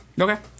Okay